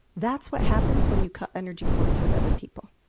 that's what happens when you cut energy cords with other people.